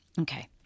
Okay